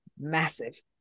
massive